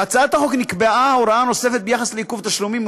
בהצעת החוק נקבעה הוראה נוספת ביחס לעיכוב תשלומים,